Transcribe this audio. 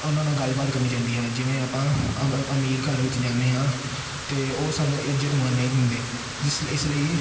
ਉਹਨਾਂ ਨਾਲ ਗੱਲਬਾਤ ਕਰਨੀ ਚਾਹੀਦੀ ਹੈ ਜਿਵੇਂ ਆਪਾਂ ਅਮੀਰ ਘਰ ਵਿੱਚ ਜਾਂਦੇ ਹਾਂ ਅਤੇ ਉਹ ਸਾਨੂੰ ਇੱਜ਼ਤ ਮਾਣ ਨਹੀਂ ਦਿੰਦੇ ਜਿਸ ਇਸ ਲਈ